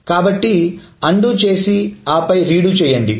కాబట్టి అన్డు చేసి ఆపై రీడు చేయండి